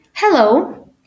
Hello